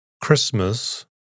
Christmas